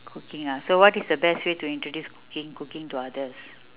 cooking ah so what is the best way to introduce cooking cooking to others